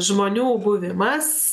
žmonių buvimas